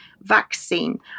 vaccine